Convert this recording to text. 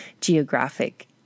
geographic